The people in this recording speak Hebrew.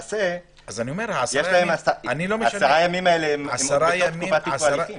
עשרת הימים האלה הם בתקופת ההליכים.